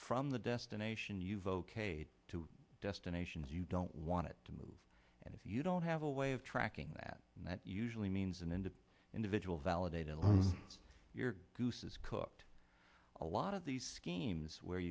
from the destination you've okayed to destinations you don't want it to move and if you don't have a way of tracking that that usually means an end to individual validate your goose is cooked a lot of these schemes where